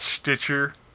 stitcher